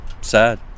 sad